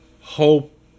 hope